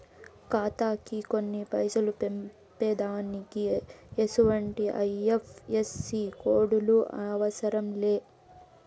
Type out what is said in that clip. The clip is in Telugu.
ఖాతాకి కొన్ని పైసలు పంపేదానికి ఎసుమంటి ఐ.ఎఫ్.ఎస్.సి కోడులు అవసరం లే